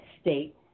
State